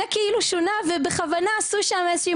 זה כאילו שונה ובכוונה עשו שם איזו שהיא